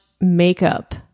makeup